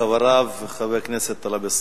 ואחריו, חבר הכנסת טלב אלסאנע.